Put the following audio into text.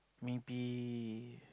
maybe